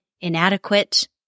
inadequate